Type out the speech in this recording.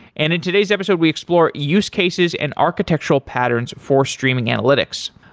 and in today's episode, we explore use cases and architectural patterns for streaming analytics.